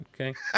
okay